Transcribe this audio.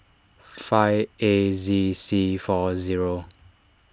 five A Z C four zero